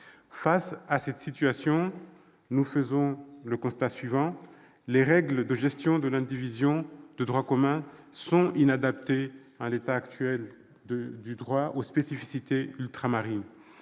Face à cette situation, nous faisons le constat de règles de gestion de l'indivision inadaptées, en l'état actuel du droit, aux spécificités ultramarines.